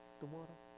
tomorrow